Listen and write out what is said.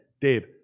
Dave